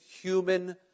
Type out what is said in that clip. human